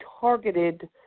targeted